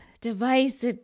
device